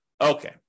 Okay